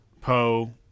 Poe